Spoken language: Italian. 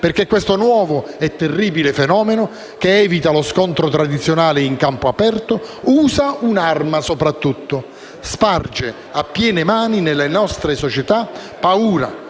perché questo nuovo e terribile fenomeno, che evita lo scontro tradizionale in campo aperto, usa soprattutto un'arma: sparge a piene mani nelle nostre società paura,